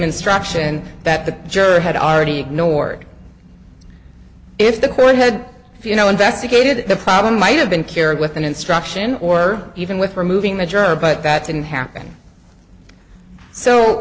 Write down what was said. instruction that the jury had already ignored if the court had you know investigated the problem might have been cured with an instruction or even with removing the juror but that didn't happen so